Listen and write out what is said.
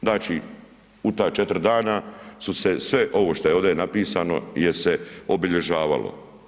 Znači u ta četiri dana su se sve ovo što je ovdje napisano je se obilježavalo.